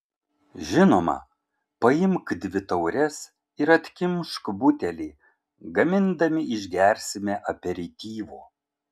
žinoma paimk dvi taures ir atkimšk butelį gamindami išgersime aperityvo